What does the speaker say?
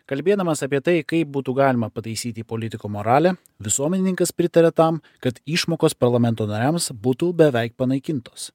kalbėdamas apie tai kaip būtų galima pataisyti politikų moralę visuomenininkas pritaria tam kad išmokos parlamento nariams būtų beveik panaikintos